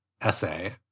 essay